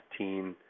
15